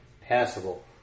passable